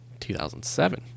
2007